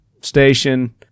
station